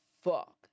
fuck